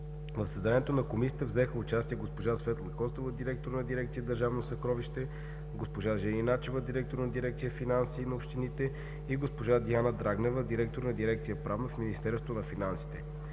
В заседанието на комисията взеха участие госпожа Светла Костова – директор на дирекция „Държавно съкровище", госпожа Жени Начева – директор на дирекция „Финанси на общините" и госпожа Диана Драгнева – директор на дирекция „Правна" в Министерството на финансите.